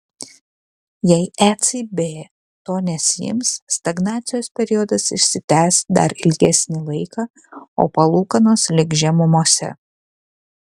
jei ecb to nesiims stagnacijos periodas išsitęs dar ilgesnį laiką o palūkanos liks žemumose